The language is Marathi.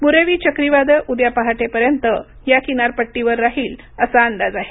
बुरेवी चक्रीवादळ उद्या पहाटेपर्यंत या किनारपट्टीवर राहील असा अंदाज आहे